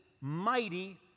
mighty